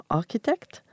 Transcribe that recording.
architect